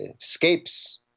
escapes